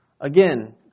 Again